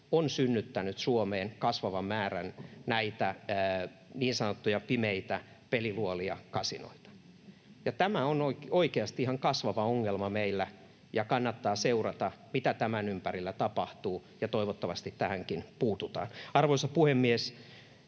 on synnyttänyt Suomeen kasvavan määrän näitä niin sanottuja pimeitä peliluolia, kasinoita. Tämä on oikeasti ihan kasvava ongelma meillä, ja kannattaa seurata, mitä tämän ympärillä tapahtuu, ja toivottavasti tähänkin puututaan. Arvoisa puhemies!